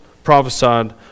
Prophesied